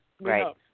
right